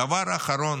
הדבר האחרון